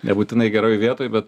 nebūtinai geroj vietoj bet